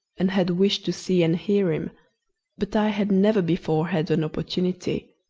and had wished to see and hear him but i had never before had an opportunity.